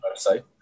website